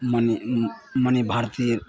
Mani Mani Bharati